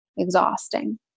Exhausting